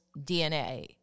DNA